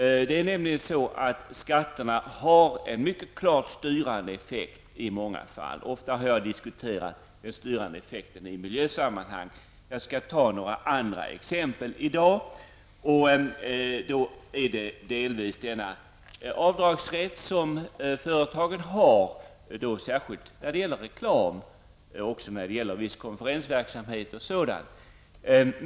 Det är nämligen så att skatterna har en mycket klart styrande effekt i många fall. Ofta har jag diskuterat denna styrande effekt i miljösammanhang. Jag skall ta andra exempel i dag: avdragsrätten för företagen särskilt när det gäller reklam och också när det gäller konferensverksamhet.